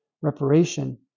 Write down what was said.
reparation